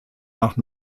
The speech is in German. nach